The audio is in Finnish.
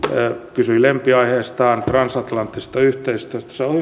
kysyi lempiaiheestaan transatlanttisesta yhteistyöstä se on